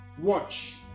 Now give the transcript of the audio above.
Watch